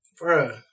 Bro